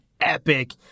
epic